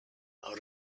out